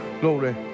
Glory